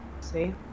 See